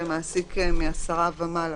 למעסיק מ-10 עובדים ומעלה,